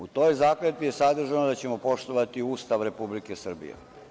U toj zakletvi je sadržano da ćemo poštovati Ustav Republike Srbije.